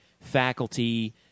faculty